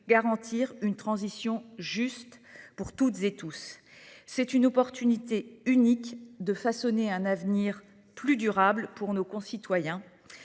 garantir une transition juste pour toutes et tous. C’est une occasion unique de façonner un avenir plus durable pour nos concitoyens,